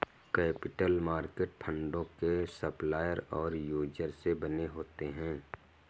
capital market फंडों के supplier और यूजर से बने होते हैं